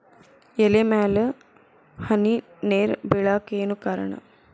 ಎಲೆ ಮ್ಯಾಲ್ ಹನಿ ನೇರ್ ಬಿಳಾಕ್ ಏನು ಕಾರಣ?